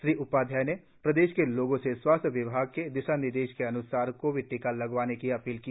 श्री उपाध्याय ने प्रदेश के लोगों से स्वास्थ्य विभाग के दिशानिर्देशों के अन्सार कोविड टीका लगवाने की अपील की